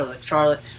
Charlotte